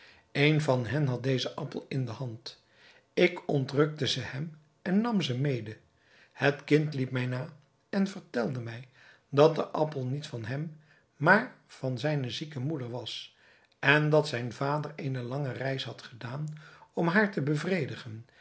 een van hen had dezen appel in de hand ik ontrukte ze hem en nam ze mede het kind liep mij na en vertelde mij dat de appel niet van hem maar van zijne zieke moeder was en dat zijn vader eene lange reis had gedaan om haar te bevredigen